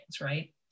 Right